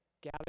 gather